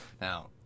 Now